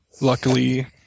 Luckily